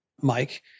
Mike